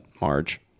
Marge